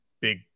Big